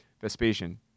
vespasian